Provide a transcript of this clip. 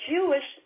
Jewish